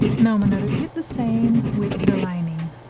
now i'm gonna repeat the same with the lining